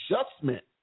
adjustment